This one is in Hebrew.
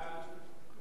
חוק הרשות הלאומית